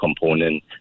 component